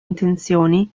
intenzioni